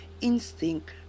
instinct